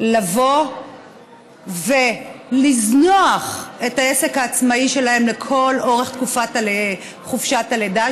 לבוא ולזנוח את העסק העצמאי שלהן לכל אורך תקופת חופשת הלידה.